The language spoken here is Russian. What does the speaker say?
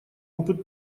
опыт